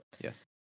Yes